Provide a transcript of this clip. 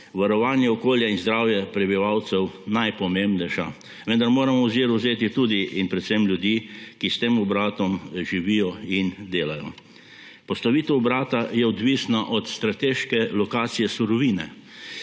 varovanje okolja in zdravje prebivalcev najpomembnejša, vendar moramo v ozir vzeti tudi in predvsem ljudi, ki s tem obratom živijo in delajo. Postavitev obrata je odvisna od strateške lokacije surovine,